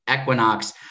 equinox